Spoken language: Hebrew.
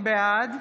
בעד